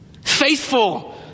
Faithful